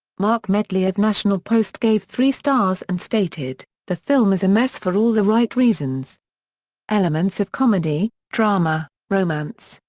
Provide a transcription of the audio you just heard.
mark medley of national post gave three stars and stated, the film is a mess for all the right reasons elements of comedy, drama, romance,